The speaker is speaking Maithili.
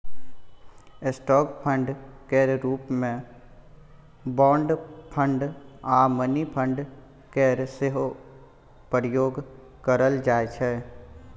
स्टॉक फंड केर रूप मे बॉन्ड फंड आ मनी फंड केर सेहो प्रयोग करल जाइ छै